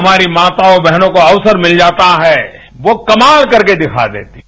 हमारी माता बहनों को अवसर मिल जाता है वो कमाल करके दिखा देती हैं